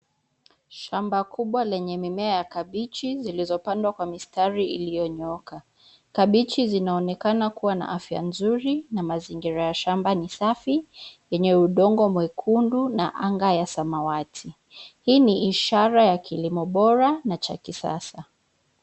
Shamba kubwa lenye mimea ya kabichi zilizopandwa kwa mistari iliyonyooka. Kabichi zinaonekana kuwa na afya nzuri na mazingira ya shamba ni safi yenye udongo mwekundu na anga ya samawati. Hii ni ishara ya kilimo bora na cha kisasa.